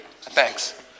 Thanks